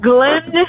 Glenn